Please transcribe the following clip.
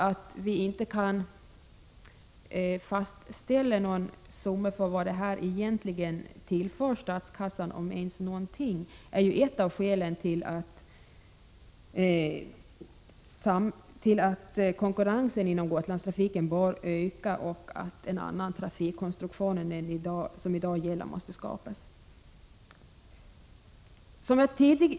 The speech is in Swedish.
Att man inte kan fastställa vilken summa detta egentligen tillför statskassan, om ens någonting, är ett av skälen till att konkurrensen inom Gotlandstrafiken bör öka och en annan trafikkonstruktion än den som i dag gäller skapas.